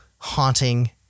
haunting